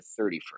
31st